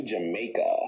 Jamaica